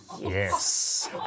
Yes